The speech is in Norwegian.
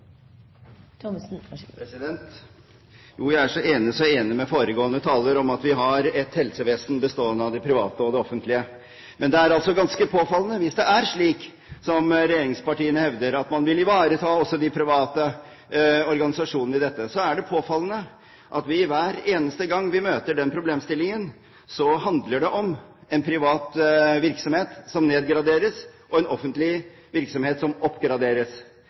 så enig, så enig med foregående taler i at vi har et helsevesen bestående av private og av offentlige. Men hvis det er slik som regjeringspartiene hevder, at man vil ivareta også de private organisasjonene på dette området, så er det ganske påfallende at hver eneste gang vi møter den problemstillingen, handler det om en privat virksomhet som nedgraderes, og en offentlig virksomhet som oppgraderes.